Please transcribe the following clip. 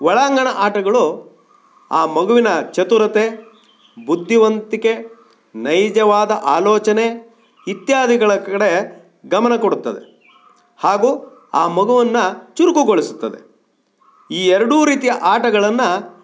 ಒಳಾಂಗಣ ಆಟಗಳು ಆ ಮಗುವಿನ ಚತುರತೆ ಬುದ್ಧಿವಂತಿಕೆ ನೈಜವಾದ ಆಲೋಚನೆ ಇತ್ಯಾದಿಗಳ ಕಡೆ ಗಮನ ಕೊಡುತ್ತದೆ ಹಾಗೂ ಆ ಮಗುವನ್ನು ಚುರುಕುಗೊಳ್ಸುತ್ತದೆ ಈ ಎರಡೂ ರೀತಿಯ ಆಟಗಳನ್ನು